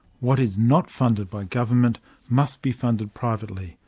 what is not funded by government must be funded privately,